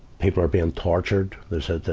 people are being tortured they said that.